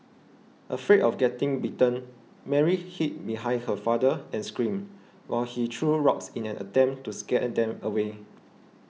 afraid of getting bitten Mary hid behind her father and screamed while he threw rocks in an attempt to scare them away